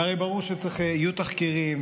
והרי ברור שיהיו תחקירים.